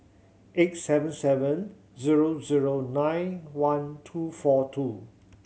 eight seven seven zero zero nine one two four two